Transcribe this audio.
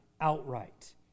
outright